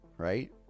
Right